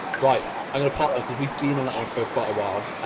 right. i'm going to pop them cause we've been on that one for quite a while. ah,